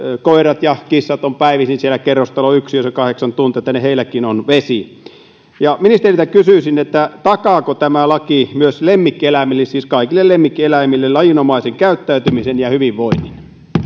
koirat ja kissat jotka ovat päivisin siellä kerrostaloyksiöissä kahdeksan tuntia että niilläkin on vesi ministeriltä kysyisin takaako tämä laki myös lemmikkieläimille siis kaikille lemmikkieläimille lajinomaisen käyttäytymisen ja hyvinvoinnin